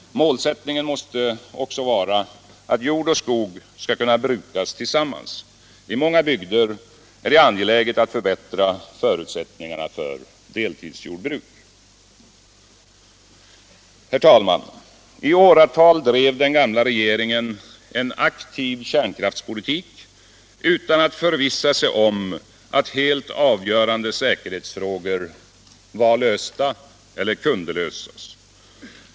Målsättningen måste också vara att skog och jord skall kunna brukas tillsammans. I många bygder är det angeläget att förbättra förutsättningarna för deltidsjordbruk. Herr talman! I åratal drev den gamla regeringen en aktiv kärnkraftspolitik utan att förvissa sig om att helt avgörande säkerhetsproblem var lösta eller kunde lösas.